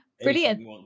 Brilliant